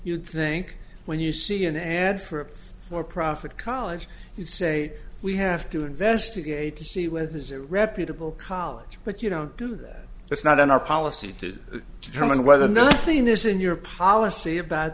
you'd think when you see an ad for a for profit college you say we have to investigate to see was is a reputable college but you don't do that it's not in our policy to determine whether nothing is in your policy about